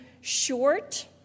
short